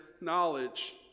knowledge